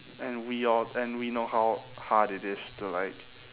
and we are and we know how hard it is to like